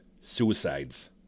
suicides